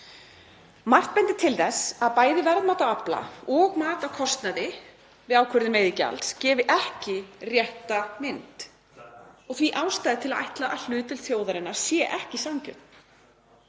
Margt bendir til þess að bæði verðmat á afla og mat á kostnaði við ákvörðun veiðigjalds gefi ekki rétta mynd og því ástæða til að ætla að hlutdeild þjóðarinnar sé ekki sanngjörn.